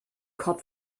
cod